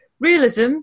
realism